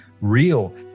real